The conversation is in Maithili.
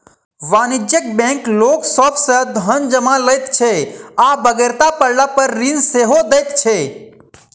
वाणिज्यिक बैंक लोक सभ सॅ धन जमा लैत छै आ बेगरता पड़लापर ऋण सेहो दैत छै